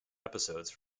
episodes